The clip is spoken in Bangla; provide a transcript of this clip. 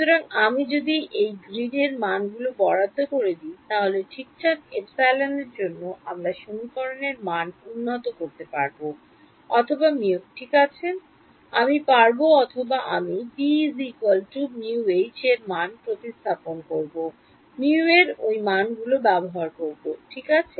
সুতরাং আমি একবার যদি এই grid এর মান গুলো বরাদ্দ করে দি তাহলে ঠিকঠাক epsilon এর জন্য আমরা সমীকরণের মান উন্নত করতে পারব অথবা mu ঠিক আছে আমি পারবো অথবা আমি মান প্রতিস্থাপন করব এবং mu এর ওই মানগুলো ব্যবহার করব ঠিক আছে